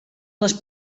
les